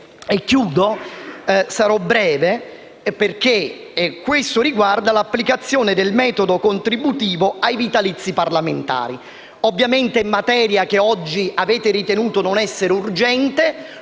L'ordine del giorno G21 riguarda l'applicazione del metodo contributivo ai vitalizi parlamentari. Ovviamente è materia che oggi avete ritenuto non essere urgente;